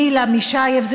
מילה מישייב,